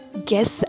Guess